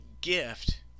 gift